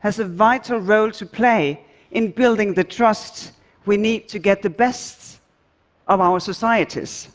has a vital role to play in building the trust we need to get the best of our societies,